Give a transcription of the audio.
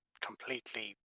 completely